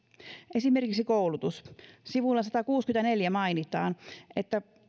esimerkiksi koulutus sivulla sataankuuteenkymmeneenneljään mainitaan että